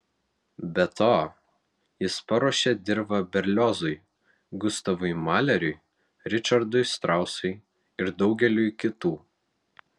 be to jis paruošė dirvą berliozui gustavui maleriui ričardui strausui ir daugeliui kitų